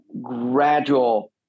gradual